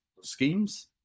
schemes